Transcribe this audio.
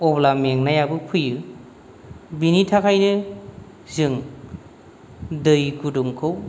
अब्ला मेंनायाबो फैयो बिनिथाखायनो जों दै गुदुंखौ